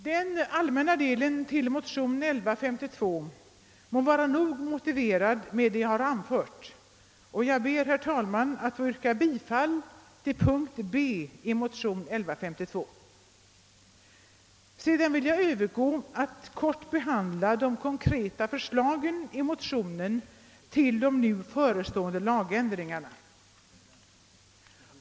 Den allmänna delen av motion 1252 må vara nog motiverad med det jag har anfört. Jag ber, herr talman, att få yrka bifall till punkt B i motion 1252. Jag vill sedan övergå till att kortfattat behandla motionens konkreta förslag i samband med de nu förestående lagändringarna.